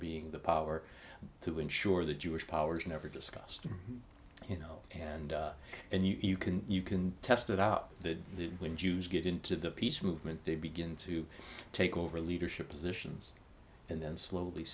being the power to ensure the jewish power is never discussed you know and and you can you can test it out that when jews get into the peace movement they begin to take over leadership positions and then slowly